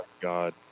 god